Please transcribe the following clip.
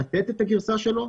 לתת את הגרסה שלו.